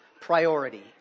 priority